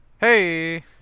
Hey